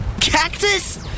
cactus